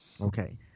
Okay